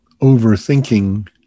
overthinking